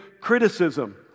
criticism